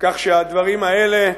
כך שהדברים האלה,